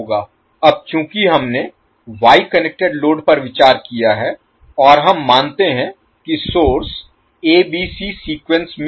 अब चूंकि हमने वाई कनेक्टेड लोड पर विचार कर लिया है और हम मानते हैं कि source a b c sequence में है